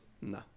No